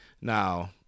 Now